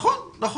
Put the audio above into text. נכון, נכון.